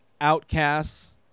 outcasts